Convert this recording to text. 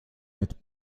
mit